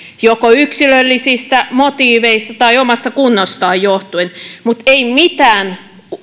joko yksilöllisistä motiiveista tai omasta kunnostaan johtuen mutta ei mitään